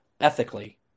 ethically